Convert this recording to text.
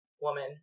Woman